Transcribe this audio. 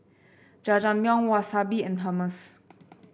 Jajangmyeon Wasabi and Hummus